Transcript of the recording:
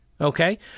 Okay